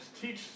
teach